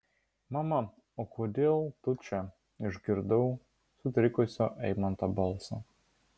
mama o kodėl tu čia išgirdau sutrikusio eimanto balsą